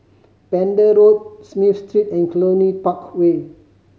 Pender Road Smith Street and Cluny Park Way